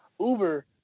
Uber